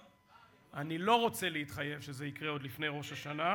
אני לא רוצה להתחייב שזה יקרה עוד לפני ראש השנה.